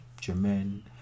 German